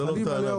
זאת לא טענה.